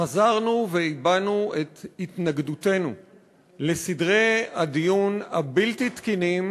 חזרנו והבענו את התנגדותנו לסדרי הדיון הבלתי-תקינים,